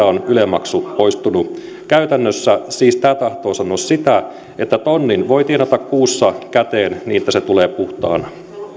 on yle maksu poistunut käytännössä siis tämä tahtoo sanoa sitä että tonnin voi tienata kuussa niin että se tulee puhtaana